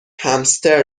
همستر